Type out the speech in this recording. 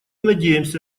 надеемся